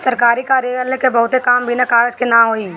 सरकारी कार्यालय क बहुते काम बिना कागज के ना होई